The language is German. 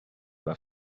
war